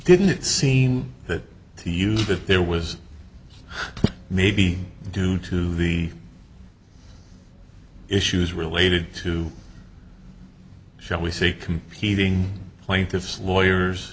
didn't it seem that to use that there was maybe due to the issues related to shall we say competing plaintiff's lawyers